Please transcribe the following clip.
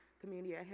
Community